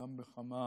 אלא גם בכמה